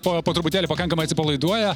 po po truputėlį pakankamai atsipalaiduoja